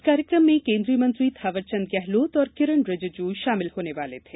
इस कार्यक्रम में केन्द्रीय मंत्री थावरचंद गेहलोत और किरण रिजिजू शामिल होने वाले थे